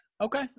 Okay